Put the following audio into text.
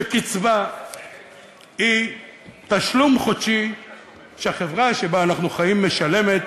שקצבה היא תשלום חודשי שהחברה שבה אנחנו חיים משלמת